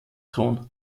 thron